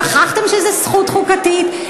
שכחתם שזו זכות חוקתית?